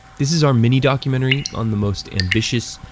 this is our mini-documentary on the most ambitious,